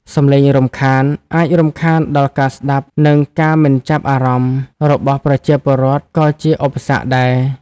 សំឡេងរំខាន អាចរំខានដល់ការស្ដាប់ និងការមិនចាប់អារម្មណ៍ របស់ប្រជាពលរដ្ឋក៏ជាឧបសគ្គដែរ។